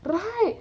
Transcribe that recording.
right